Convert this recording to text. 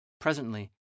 presently